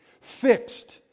fixed